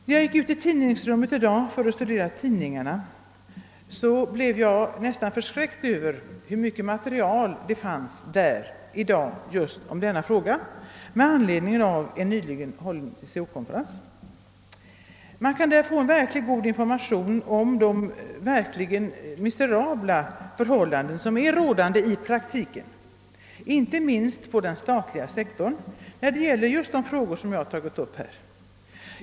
När jag i dag studerade tidningarna i tidningsrummet blev jag nästan förskräckt över hur mycket material det fanns där i dag om just denna fråga med anledning av en nyligen hållen 'TCO-konferens. Man kan där få verkligt god information om de miserabla förhållanden som råder i praktiken, inte minst på den statliga sektorn, när det gäller just de frågor jag här tagit upp.